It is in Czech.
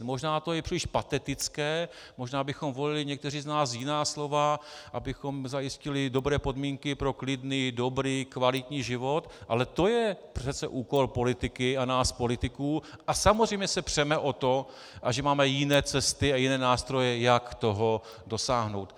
Možná to je příliš patetické, možná bychom volili někteří z nás jiná slova, abychom zajistili dobré podmínky pro klidný, dobrý, kvalitní život, ale to je přece úkol politiky a nás politiků a samozřejmě se přeme o to, a že máme jiné cesty a jiné nástroje, jak toho dosáhnout.